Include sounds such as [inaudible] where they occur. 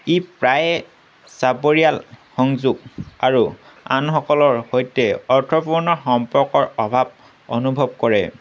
ই প্ৰায়ে [unintelligible] সংযোগ আৰু আনসকলৰ সৈতে অৰ্থপূৰ্ণ সম্পৰ্কৰ অভাৱ অনুভৱ কৰে